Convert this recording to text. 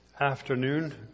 Afternoon